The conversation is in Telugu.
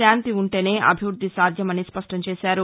శాంతి ఉంటేనే అభివృద్ధి సాధ్యమని స్పష్టం చేశారు